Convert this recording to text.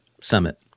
Summit